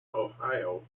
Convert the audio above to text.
ohio